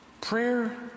prayer